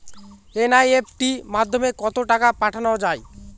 NEFT মাধ্যমে কত টাকা পাঠানো যায়?